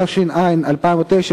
התש"ע 2009,